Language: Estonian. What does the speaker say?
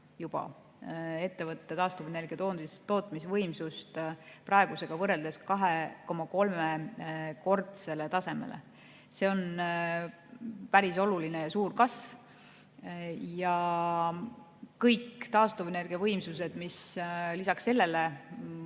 juba ettevõtte taastuvenergia tootmisvõimsust praegusega võrreldes 2,3-kordsele tasemele. See on päris suur kasv. Kõik taastuvenergia võimsused, mida on